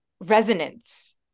resonance